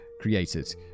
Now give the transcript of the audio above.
created